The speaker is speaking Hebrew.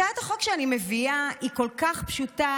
הצעת החוק שאני מביאה כל כך פשוטה